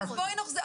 לא נכון.